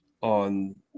on